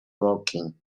woking